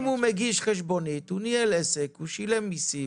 אם הוא מגיש חשבונית, הוא ניהל עסק ושילם מיסים,